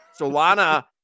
Solana